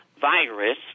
virus